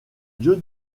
dieu